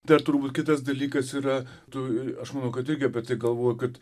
dar turbūt kitas dalykas yra tai aš manau kad irgi apie tai galvoji kad